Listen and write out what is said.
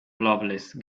lovelace